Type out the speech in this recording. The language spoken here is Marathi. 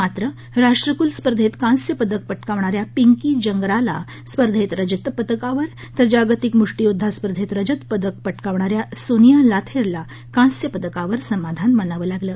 मात्र राष्ट्रक्ल स्पर्धेत कांस्य पदक पटकावणाऱ्या पिंकी जंगराला स्पर्धेत रजत पदकावर तर जागतिक मुष्टियोद्धा स्पर्धेत रजत पदक पटकावणाऱ्या सोनिया लाथेरला कांस्य पदकावर समाधान मानावं लागलं